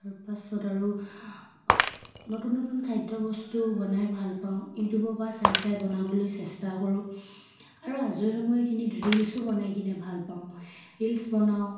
তাৰপাছত আৰু নতুন নতুন খাদ্য বস্তু বনাই ভাল পাওঁ ইউটিউবৰ পৰা চাই চাই বনাবলৈ চেষ্টা কৰোঁ আৰু আজৰি সময়খিনিত ৰিলছো বনাই কিনে ভাল পাওঁ ৰিল্ছ বনাওঁ